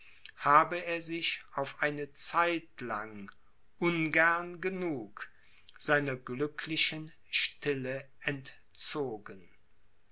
habe er sich auf eine zeit lang ungern genug seiner glücklichen stille entzogen